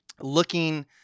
looking